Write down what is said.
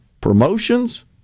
promotions